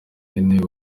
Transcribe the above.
ine